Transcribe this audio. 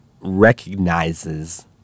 recognizes